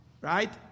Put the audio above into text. Right